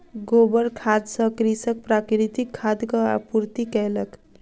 गोबर खाद सॅ कृषक प्राकृतिक खादक आपूर्ति कयलक